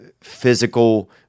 physical